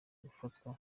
gufatwa